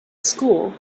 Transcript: school